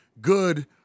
good